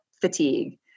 fatigue